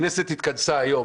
הכנסת התכנסה היום